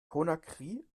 conakry